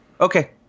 Okay